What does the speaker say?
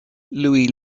louie